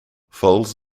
foals